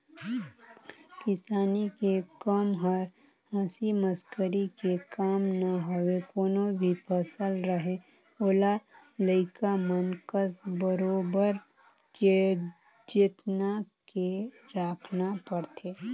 किसानी के कम हर हंसी मसकरी के काम न हवे कोनो भी फसल रहें ओला लइका मन कस बरोबर जेतना के राखना परथे